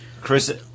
Chris